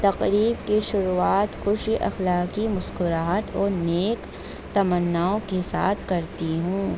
تقریب کی شروعات خوشی اخلاقی مسکراہٹ اور نیک تمناؤں کے ساتھ کرتی ہوں